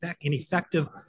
ineffective